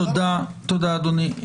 תודה אדוני.